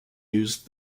used